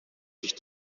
sich